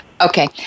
Okay